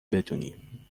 بدونی